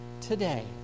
today